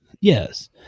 Yes